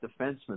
defenseman